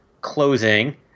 closing